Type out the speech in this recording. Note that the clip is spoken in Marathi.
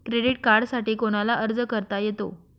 क्रेडिट कार्डसाठी कोणाला अर्ज करता येतो?